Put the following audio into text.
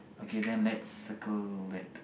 okay then let's circle that